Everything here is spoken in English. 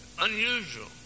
Unusual